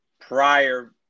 prior